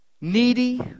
needy